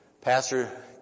pastor